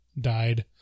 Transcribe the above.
died